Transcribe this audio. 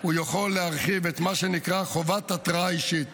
הוא יכול להרחיב את מה שנקרא חובת התרעה אישית,